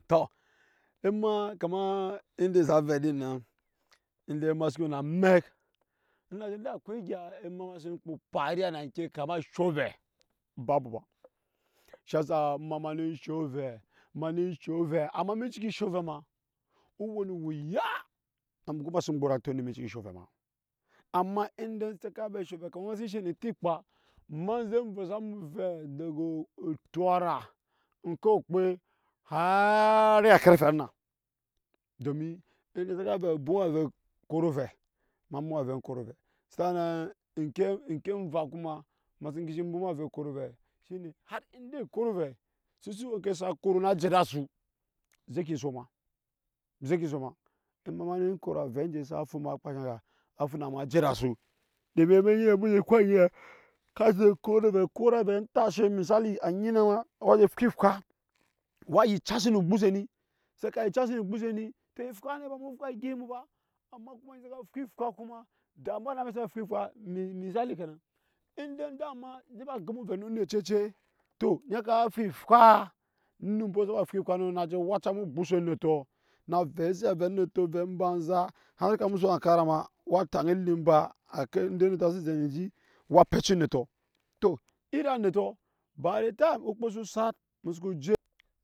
Tɔ ema kama ende sa ve din nan ende ema se ke we na amɛk inde akwai egya ema sen we ne fahariya na ke kamar eshop ove babu ba shi ya sa ema nen shop ovɛ ma ne shop ovɛ amma eme cikin e shop ovɛ ma o woono wuya na emy go ma sen gbot antoi eme eshop ovɛ ma ama indan sa ka vɛ eshop ovɛ kama ema se ke she ne eti kpaa ema enje vɛ sa mu ovɛ dago odyora oŋke kpe harari a karfe ana domin we sa ka vɛɛ ebwoma avɛ’ dago odyora oŋke kpe haa ri a karfe ana domin de sa ka vɛɛ ebwoma avɛ ekoro ovɛ ema bwoma avɛ ema bwoma avɛ ekoro ovɛ sa an nan kuma onke envakuma ema sen disi bwoma ave ekoro ave shine har inde ekoro ove se si we je koro na te ede asu zeki ensokma, zeki ensok ma emama ne koro avɛ sa fu ma yaya? Sa fu ma je ede asu, domin amɛk nyine emi nyi ka je koro ovɛ a koro ovɛ ontashe misali anyme waa je a faa efwa waa wuca sine ogbose ni sa ka yica si no gbose ni to efwa ne ba ewu fwa egye mu ba.